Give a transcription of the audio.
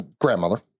grandmother